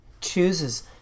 chooses